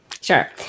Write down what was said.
Sure